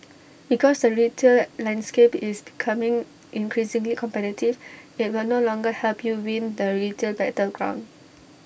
because the retail landscape is becoming increasingly competitive IT will no longer help you win the retail battleground